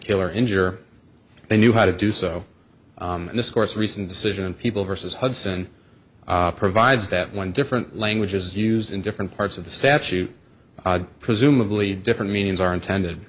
kill or injure they knew how to do so and this court's recent decision and people versus hudson provides that one different languages used in different parts of the statute presumably different meanings are intended